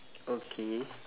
okay